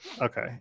Okay